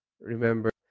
remember